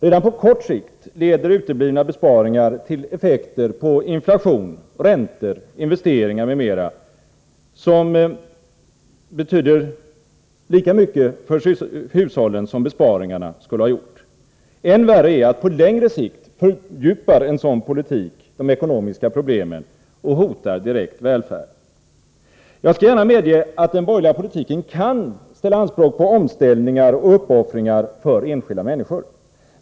Redan på kort sikt leder uteblivna besparingar till effekter på inflation, räntor, investeringar m.m., som betyder lika mycket för hushållen som besparingarna skulle ha gjort. Än värre är att på längre sikt fördjupar en sådan politik de ekonomiska problemen och hotar direkt välfärden. Jag skall gärna medge att den borgerliga politiken kan ställa anspråk på omställningar och uppoffringar för enskilda människor.